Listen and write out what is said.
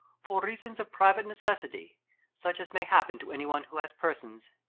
for reasons of private necessity such as may happen to any one who has persons,